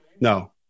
No